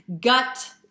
gut